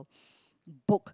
book